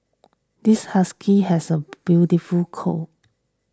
this husky has a beautiful coat